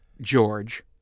George